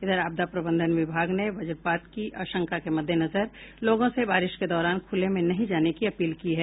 इधर आपदा प्रबंधन विभाग ने वजपात की आशंका के मद्देनजर लोगों से बारिश के दौरान खुले में नहीं जाने की अपील की है